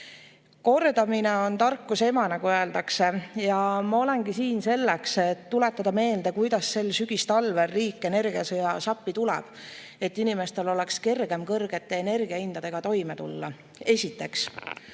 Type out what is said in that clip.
Euroopat. Kordamine on tarkuse ema, nagu öeldakse, ja ma olengi siin selleks, et tuletada meelde, kuidas sel sügistalvel riik energiasõjas appi tuleb, et inimestel oleks kergem kõrgete energiahindadega toime tulla. Esiteks,